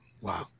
Wow